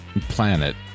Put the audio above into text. planet